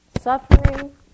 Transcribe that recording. suffering